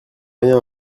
rien